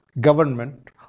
government